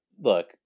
look